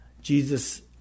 Jesus